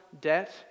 debt